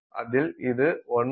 அதில் இது 1 0